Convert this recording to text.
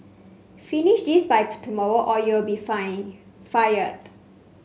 finish this by tomorrow or you'll be fine fired